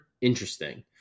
interesting